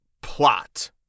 plot